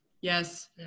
Yes